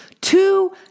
two